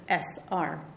SR